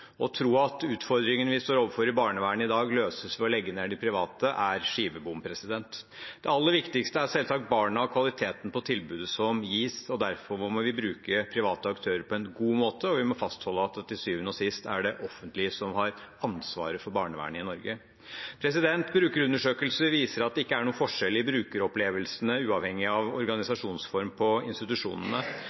Å tro at utfordringene vi står overfor i barnevernet i dag, løses ved å legge ned de private, er skivebom. Det aller viktigste er selvsagt barna og kvaliteten på tilbudet som gis. Derfor må vi bruke private aktører på en god måte. Vi må fastholde at det til syvende og sist er det offentlige som har ansvaret for barnevernet i Norge. Brukerundersøkelser viser at det ikke er noen forskjell i brukeropplevelsene, uavhengig av organisasjonsform på institusjonene.